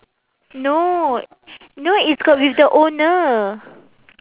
no no it's got with the owner